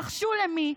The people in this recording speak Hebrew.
נחשו למי.